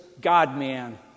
God-man